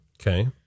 okay